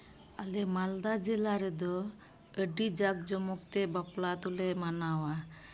ᱟᱞᱮ ᱢᱟᱞᱫᱟ ᱡᱮᱞᱟ ᱨᱮᱫᱚ ᱟᱹᱰᱤ ᱡᱟᱠ ᱡᱚᱢᱚᱠ ᱛᱮ ᱵᱟᱯᱞᱟ ᱫᱚᱞᱮ ᱢᱟᱱᱟᱣᱟ